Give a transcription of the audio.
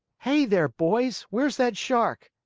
hey there, boys! where's that shark?